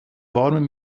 warmen